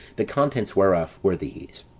the contents whereof were these